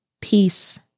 peace